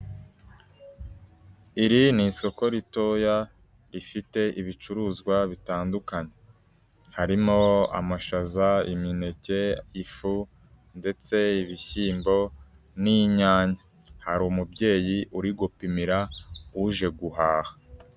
Iri ni isoko ritoya rifite ibicuruzwa bitandukanye harimo amashaza, imineke, ifu ndetse ibishyimbo n'inyanya. Hari umubyeyi uri gupimira uje guhaha.